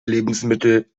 lebensmittel